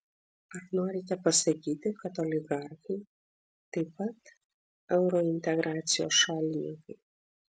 ar norite pasakyti kad oligarchai taip pat eurointegracijos šalininkai